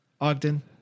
ogden